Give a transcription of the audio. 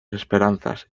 esperanzas